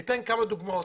אני אתן כמה דוגמאות.